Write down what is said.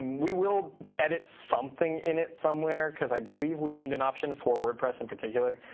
we will edit something in it somewhere, because i believe we need an option for wordpress in particular.